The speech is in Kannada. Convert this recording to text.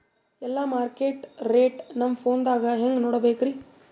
ಎಲ್ಲಾ ಮಾರ್ಕಿಟ ರೇಟ್ ನಮ್ ಫೋನದಾಗ ಹೆಂಗ ನೋಡಕೋಬೇಕ್ರಿ?